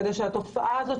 כדי שהתופעה הזאת,